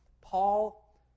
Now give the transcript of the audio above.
Paul